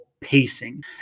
pacing